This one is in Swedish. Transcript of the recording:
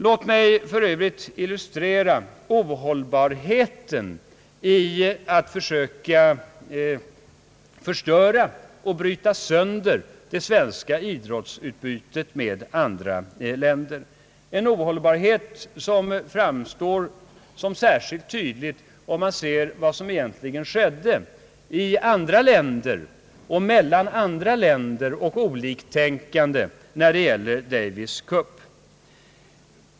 Låt mig för övrigt illustrera ohållbarheten i att försöka förstöra och bryta sönder det svenska idrottsutbytet med andra länder. Det är en ohållbarhet som framstår särskilt tydligt om man ser vad som egentligen skedde i andra länder och mellan andra, oliktänkande länder i fråga om Davis Cup-matcherna.